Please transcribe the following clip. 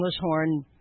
horn